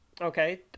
Okay